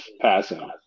passing